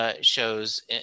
shows